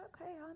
okay